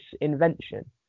invention